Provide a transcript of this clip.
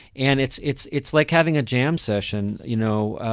and it's it's it's like having a jam session, you know,